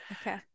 okay